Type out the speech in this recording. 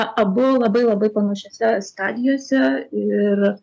abu labai labai panašiose stadijose ir